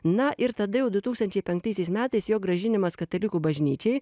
na ir tada jau du tūkstančiai penktaisiais metais jo grąžinimas katalikų bažnyčiai